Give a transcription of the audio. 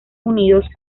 unidos